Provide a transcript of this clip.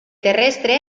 terrestre